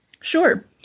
Sure